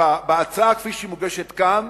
בהצעה כפי שהיא מוגשת כאן,